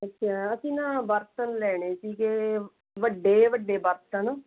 ਅੱਛਾ ਅਸੀਂ ਨਾ ਬਰਤਨ ਲੈਣੇ ਸੀਗੇ ਵੱਡੇ ਵੱਡੇ ਬਰਤਨ